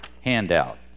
handout